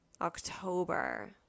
October